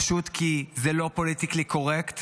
פשוט כי זה לא פוליטיקלי קורקט